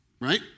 right